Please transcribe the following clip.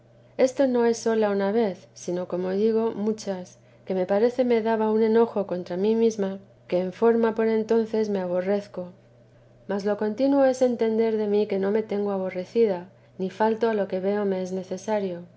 esto no es sola una vez sino como digo muchas que me parece me daba un enojo contra mi inesma que en forma por entonces me aborrezco mas lo contino es entender de teresa i mí que no me tengo aborrecida ni falto a lo que veo me es necesario